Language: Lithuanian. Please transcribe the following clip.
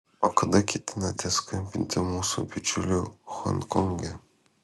o kada ketinate skambinti mūsų bičiuliui honkonge